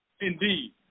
Indeed